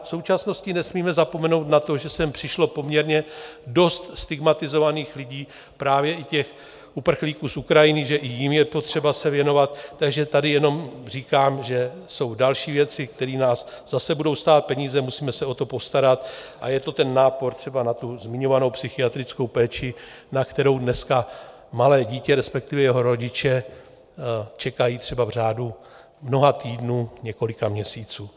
V současnosti nesmíme zapomenout na to, že sem přišlo poměrně dost stigmatizovaných lidí, právě i těch uprchlíků z Ukrajiny, že i jim je potřeba se věnovat, takže tady jenom říkám, že jsou další věci, které nás zase budou stát peníze, musíme se o to postarat a je to ten nápor třeba na tu zmiňovanou psychiatrickou péči, na kterou dneska malé dítě, respektive jeho rodiče čekají třeba v řádu mnoha týdnů, několika měsíců.